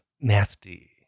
nasty